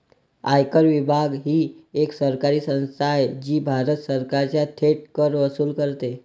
आयकर विभाग ही एक सरकारी संस्था आहे जी भारत सरकारचा थेट कर वसूल करते